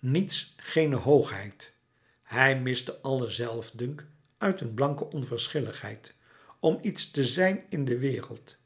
niets geene hoogheid hij miste allen zelfdunk uit een blanke onverschilligheid om iets te zijn in de wereld